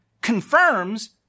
confirms